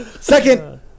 Second